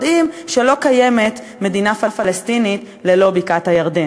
יודעים שלא קיימת מדינה פלסטינית ללא בקעת-הירדן.